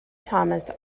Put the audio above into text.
thomas